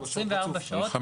24 שעות רצוף.